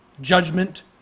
judgment